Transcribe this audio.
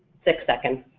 six seconds.